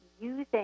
using